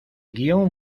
guion